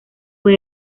fue